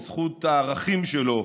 בזכות הערכים שלו,